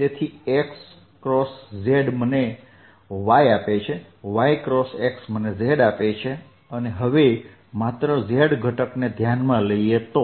તેથી x cross z મને y આપે છે y ક્રોસ x મને z આપે છે હવે માત્ર z ઘટકને ધ્યાને લઈએ તો